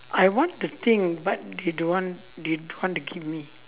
I want the thing but they don't want they don't want to give me